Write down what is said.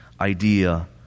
idea